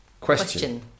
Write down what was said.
Question